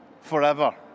forever